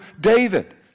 David